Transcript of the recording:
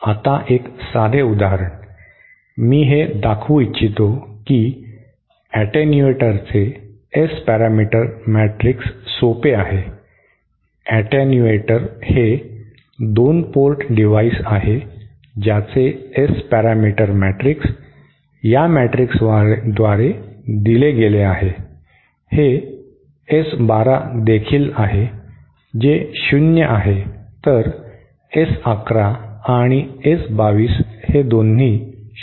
आता एक साधे उदाहरण मी हे दाखवू इच्छितो की एटेन्युएटरचे S पॅरामीटर मॅट्रिक्स सोपे आहे एटेन्युएटर हे 2 पोर्ट डिव्हाइस आहे ज्याचे S पॅरामीटर मॅट्रिक्स या मॅट्रिक्सद्वारे दिले गेले आहे हे S 1 2 देखील आहे जे शून्य आहे तर S 1 1 आणि S 2 2 हे दोन्ही शून्य आहेत